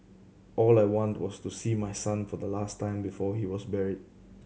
all I wanted was to see my son for the last time before he was buried